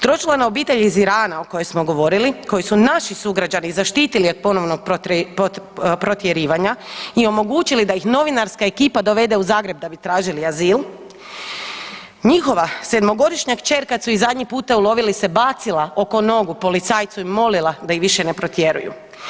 Tročlana obitelj iz Irana o kojoj smo govorili, koje su naši sugrađani zaštiti od ponovnog protjerivanja i omogućili da ih novinarska ekipa dovede u Zagreb da bi tražili azil, njihova 7-godišnja kćer kad su ih zadnji puta ulovili se bacila oko nogu policajcu i molila da ih više ne protjeruju.